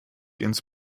ins